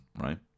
right